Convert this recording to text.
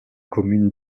commune